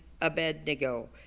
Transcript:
Abednego